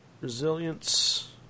resilience